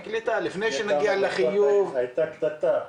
הייתה קטטה.